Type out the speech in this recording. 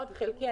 מאוד חלקי.